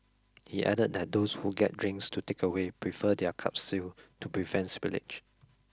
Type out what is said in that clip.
he added that those who get drinks to takeaway prefer their cups sealed to prevent spillage